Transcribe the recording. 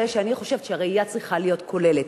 שאני חושבת שהראייה צריכה להיות כוללת: